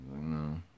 No